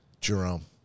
Jerome